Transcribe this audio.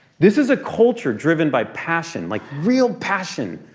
this is a culture driven by passion like real passion.